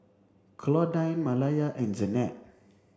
Claudine Malaya and Janette